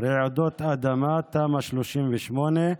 רעידות אדמה (תמ"א 38)